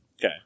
Okay